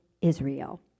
Israel